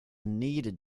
needed